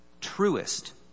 truest